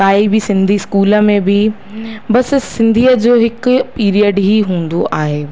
काई बि सिंधी स्कूल में बि बसि सिंधीअ जो हिकु पीरियड ई हूंदो आहे